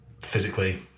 physically